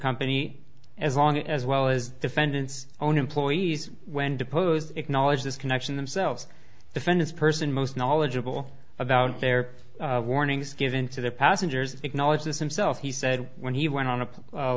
company as long as well as defendant's own employees when deposed acknowledge this connection and self defense person most knowledgeable about their warnings given to the passengers acknowledges himself he said when he went on a